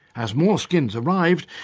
as more skins arrived,